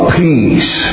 peace